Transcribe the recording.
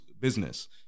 business